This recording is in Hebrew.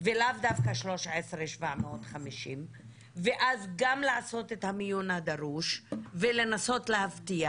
ולאו דווקא 13,750 ואז גם לעשות את המיון הדרוש ולנסות להבטיח,